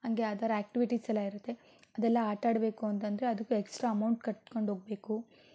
ಹಾಗೆ ಅದರ್ ಆ್ಯಕ್ಟಿವಿಟೀಸೆಲ್ಲ ಇರತ್ತೆ ಅದೆಲ್ಲ ಆಟಾಡಬೇಕು ಅಂತ ಅಂದರೆ ಅದಕ್ಕೂ ಎಕ್ಸ್ಟ್ರಾ ಅಮೌಂಟ್ ಕಟ್ಟಿಕೊಂಡು ಹೋಗಬೇಕು